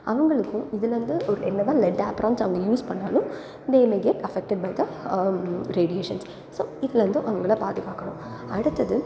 அவங்களுக்கும் இதுலேருந்து ஒரு லெவல் இல்லை டேப் ரௌண்ட்ஸ் அவங்க யூஸ் பண்ணாலும் they may get affected by the radiations so இதுலேருந்து அவங்களை பாதுகாக்கணும் அடுத்தது